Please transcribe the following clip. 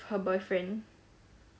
her boyfriend